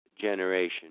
generation